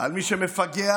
מי שמפגע